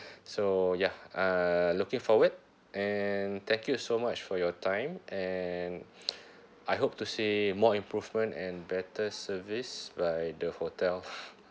so ya uh looking forward and thank you so much for your time and I hope to see more improvement and better service by the hotel